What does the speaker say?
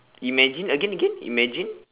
imagine again again imagine